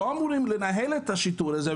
הם לא אמורים לנהל את השיטור הזה.